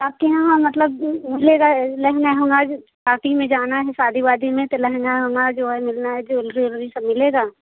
आपके यहाँ मतलब मिलेगा लेंहगा हमें आज पार्टी में जाना है शादी वादी में तो लेंहगा ओंहंगा जो है मिलना है ज्वेलेरी वेलरी सब मिलेगा